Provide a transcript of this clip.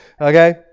okay